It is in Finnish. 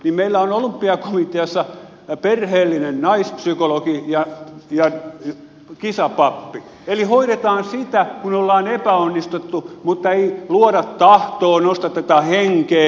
meillä on olympiakomiteassa perheellinen naispsykologi ja kisapappi eli hoidetaan sitä kun ollaan epäonnistuttu mutta ei luoda tahtoa nostateta henkeä